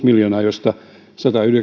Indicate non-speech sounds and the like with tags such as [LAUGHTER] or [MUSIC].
[UNINTELLIGIBLE] miljoonaa josta